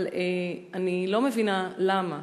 אבל אני לא מבינה למה,